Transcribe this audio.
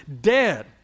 dead